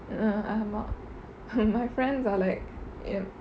ah ஆமா:aama my friends are like